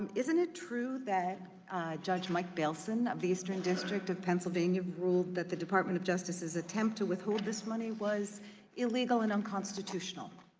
um isn't it true that judge mike bilson of the eastern district of pennsylvania ruled that the department of justice's attempt to withhold this money was illegal and unconstitutional?